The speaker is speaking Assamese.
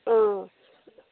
অঁ